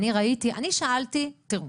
תראו,